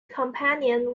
companion